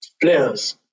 players